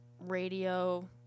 radio